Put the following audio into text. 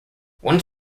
one